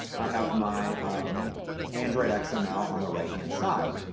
i have my android and xml on the right-hand side.